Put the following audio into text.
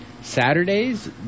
Saturdays